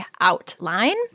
outline